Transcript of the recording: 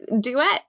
duet